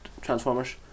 Transformers